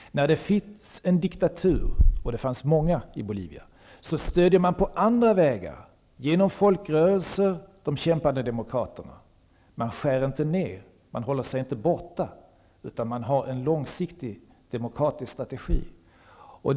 När det finns en diktatur -- det fanns många i Bolivia -- stödjer man på andra vägar, genom folkrörelser, de kämpande demokraterna. Man skär inte ned, man håller sig inte borta, utan man har en långsiktig demokratisk strategi.